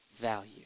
value